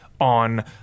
on